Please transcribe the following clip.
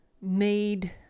made